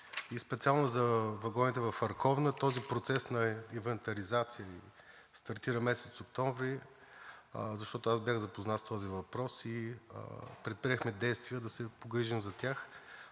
специално за вагоните в Арковна, този процес на инвентаризация стартира месец октомври, защото бях запознат с този въпрос и предприехме действия да се погрижим за тях.